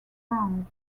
round